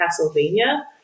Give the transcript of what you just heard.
castlevania